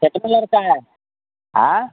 कितना लड़का आया आँ